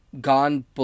gone